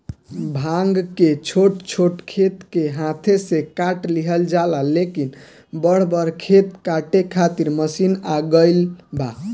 भांग के छोट छोट खेत के हाथे से काट लिहल जाला, लेकिन बड़ बड़ खेत काटे खातिर मशीन आ गईल बा